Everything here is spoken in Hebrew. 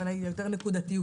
הכוונה היא יותר נקודתיות.